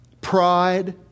pride